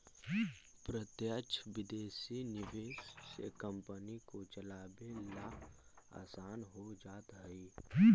प्रत्यक्ष विदेशी निवेश से कंपनी को चलावे ला आसान हो जा हई